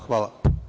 Hvala.